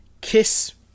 kiss